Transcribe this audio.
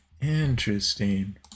interesting